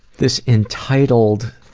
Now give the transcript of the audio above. this entitled